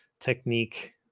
technique